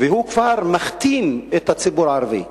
והוא כבר מכתים את הציבור הערבי.